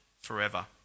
forever